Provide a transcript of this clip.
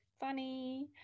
funny